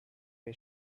his